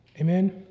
Amen